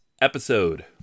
episode